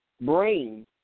Brain